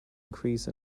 increase